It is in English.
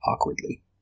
Awkwardly